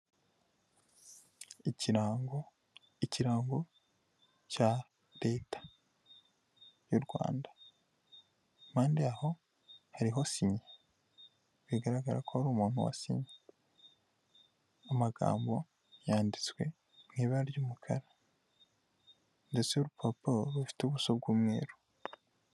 Ikirango cya leta y'u Rwanda mande aho hariho sinya bigaragara ko hari umuntu wasinye, amagambo yanditswe mu'i ibara ry'umukara ndetse n'urupapuro rufite ubuso bw'umweru.